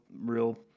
real